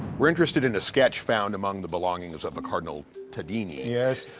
we're interested in a sketch found among the belongings of the cardinal tadini. yes.